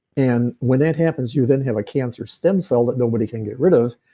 and when that happens, you then have a cancer stem cell that nobody can get rid of.